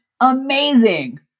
amazing